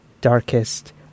darkest